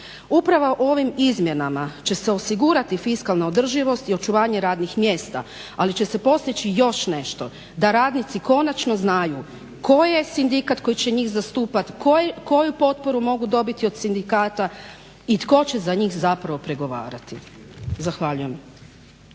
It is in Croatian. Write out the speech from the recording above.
Uprava o ovim izmjenama će se osigurati fiskalna održivost i očuvanje radnih mjesta ali će se postići još nešto da radnici konačno znaju koji je sindikat koji će njih zastupat, koju potporu mogu dobiti od sindikata i tko će za njih zapravo pregovarati. Zahvaljujem.